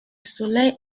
soleil